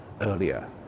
earlier